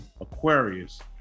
Aquarius